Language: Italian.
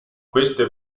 queste